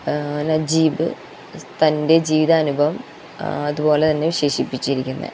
നജീബ് തന്റെ ജീവിതാനുഭവം അതുപോലെ തന്നെ വിശേഷിപ്പിച്ചിരിക്കുന്നത്